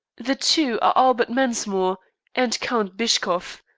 the two are albert mensmore and count bischkoff.